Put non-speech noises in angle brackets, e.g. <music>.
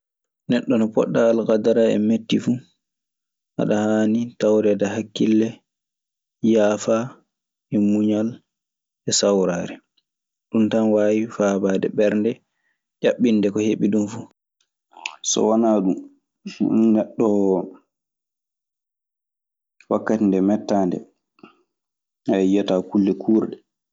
Neɗɗo no potɗaa alkadara e metti fuu, aɗa haani tawreede hakkille, yaafa, e muñal e sawraare. Ɗun tan waawi faabaade ɓernde, ƴaɓɓinde ko heɓi ɗun fuu. So wanaa ɗun neɗɗo wakkati nde mettaa ndee <hesitation> yiyataa kulle kuurɗe.